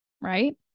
right